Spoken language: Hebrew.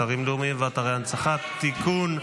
אתרים לאומיים ואתרי הנצחה (תיקון,